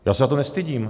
Já se za to nestydím.